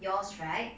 yours right